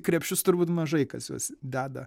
krepšius turbūt mažai kas juos deda